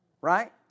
right